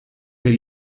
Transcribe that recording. per